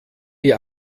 die